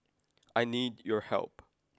I need your help